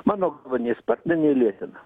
mano galva nei spartina nei lėtina